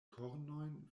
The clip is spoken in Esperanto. kornojn